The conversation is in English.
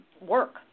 work